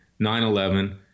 9-11